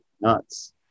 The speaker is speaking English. nuts